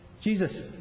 Jesus